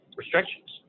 restrictions